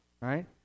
right